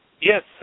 Yes